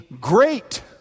great